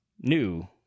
new